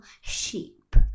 sheep